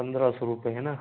पन्द्रह सौ रुपये है ना